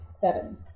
seven